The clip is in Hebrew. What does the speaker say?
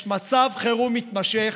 יש מצב חירום מתמשך,